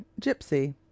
gypsy